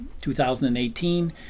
2018